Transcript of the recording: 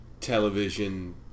television